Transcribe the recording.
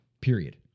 period